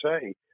say